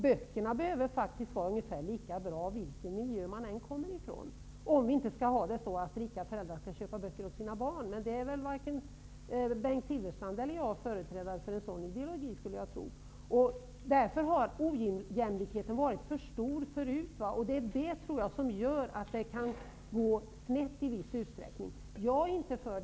Böckerna behöver ju faktiskt vara ungefär lika bra vilken miljö man än kommer från, om vi inte skall ha det så att rika föräldrar skall köpa böcker åt sina barn, men varken Bengt Silfverstrand eller jag är väl företrädare för en sådan ideologi. Ojämlikheten har alltså varit för stor tidigare, och jag tror att det är det som gör att det i viss utsträckning kan gå snett.